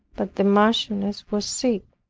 but the marchioness was sick.